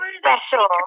special